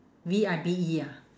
V I B E ah